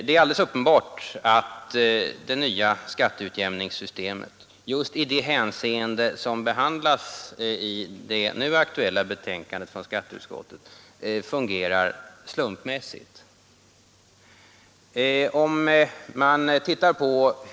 Det är alldeles uppenbart att det nya skatteutjämningssystemet just i det hänseende som åsyftas i det nu aktuella betänkandet från skatteutskottet fungerar slumpmässigt.